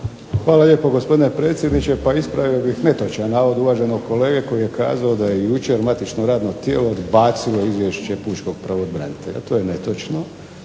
Hvala lijepo gospodine predsjedniče. Pa ispravio bih netočan navod uvaženog kolege koji je kazao da je jučer matično radno tijelo odbacilo Izvješće pučkog pravobranitelja. To je netočno.